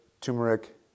turmeric